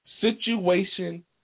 Situation